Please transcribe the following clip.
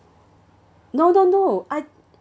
no no no I